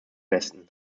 besten